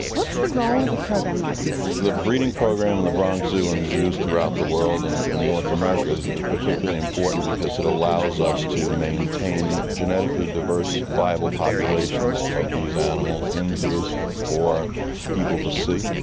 what's the role of a program like this? the breeding program in the bronx zoo and zoos throughout the world and and north america is is particularly important because it allows us to maintain genetically diverse viable populations of these animals in zoos for people to see.